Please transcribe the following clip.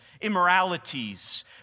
immoralities